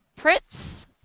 Pritz